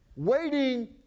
Waiting